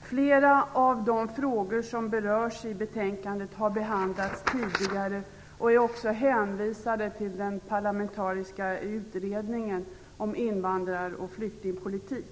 Flera av de frågor som berörs i betänkandet har behandlats tidigare och är också hänvisade till den parlamentariska utredningen om invandrar och flyktingpolitik.